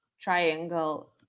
triangle